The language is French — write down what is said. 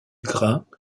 grain